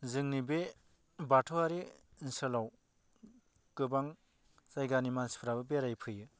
जोंनि बे बाथौआरि ओनसोलाव गोबां जायगानि मानसिफ्राबो बेरायफैयो